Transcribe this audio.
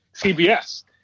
CBS